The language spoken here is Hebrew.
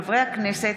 בנושא: